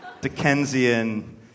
Dickensian